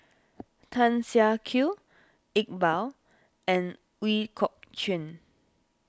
Tan Siak Kew Iqbal and Ooi Kok Chuen